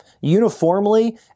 uniformly